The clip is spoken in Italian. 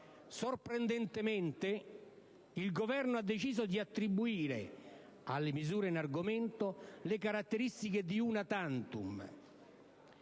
Sorprendentemente, il Governo ha deciso di attribuire alle misure in argomento le caratteristiche di *una tantum*